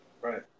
Right